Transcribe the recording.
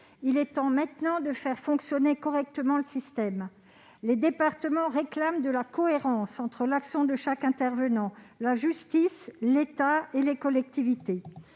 Il est temps maintenant de faire fonctionner correctement le système. Les départements réclament de la cohérence entre les actions de chaque intervenant : la justice, l'État et les collectivités.